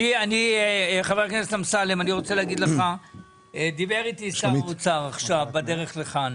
חבר הכנסת אמסלם, שר האוצר דיבר איתי בדרך לכאן.